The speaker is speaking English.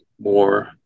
more